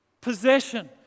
possession